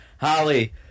holly